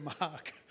Mark